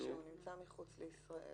שהוא נמצא מחוץ לישראל